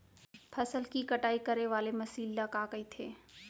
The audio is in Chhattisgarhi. फसल की कटाई करे वाले मशीन ल का कइथे?